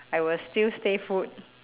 I will still stay put